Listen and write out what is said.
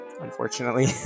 unfortunately